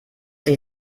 sich